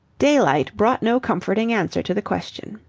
daylight brought no comforting answer to the question.